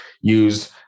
use